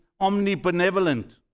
omnibenevolent